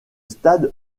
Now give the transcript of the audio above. stade